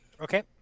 Okay